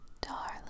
darling